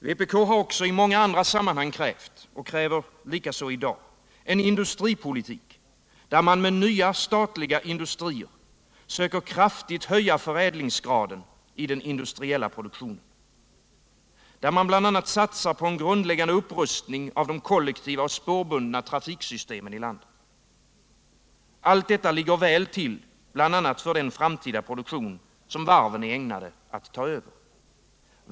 Vpk har också i många andra sammanhang krävt och kräver också i dag en industripolitik, där man med nya statliga industrier söker kraftigt höja förädlingsgraden i den industriella produktionen, där man bl.a. satsar på en grundläggande upprustning av de kollektiva och spårbundna trafiksystemen i landet. Allt detta ligger väl till för den framtida produktion som varven är ägnade att ta över.